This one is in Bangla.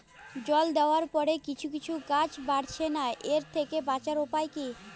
জল দেওয়ার পরে কিছু কিছু গাছ বাড়ছে না এর থেকে বাঁচার উপাদান কী?